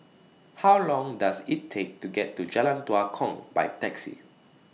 How Long Does IT Take to get to Jalan Tua Kong By Taxi